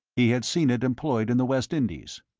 he had seen it employed in the west indies.